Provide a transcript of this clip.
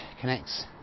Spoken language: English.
connects